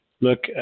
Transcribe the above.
Look